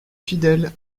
fidèles